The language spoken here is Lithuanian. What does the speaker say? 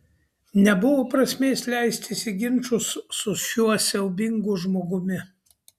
nebuvo prasmės leistis į ginčus su šiuo siaubingu žmogumi